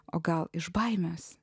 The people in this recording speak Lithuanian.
o gal iš baimės